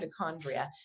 mitochondria